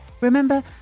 Remember